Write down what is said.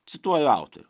cituoju autorių